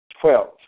Twelve